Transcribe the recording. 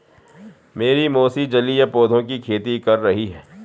मेरी मौसी जलीय पौधों की खेती कर रही हैं